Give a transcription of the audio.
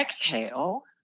exhale